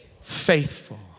faithful